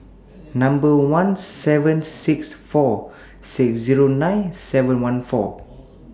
one seven six four six Zero nine seven one four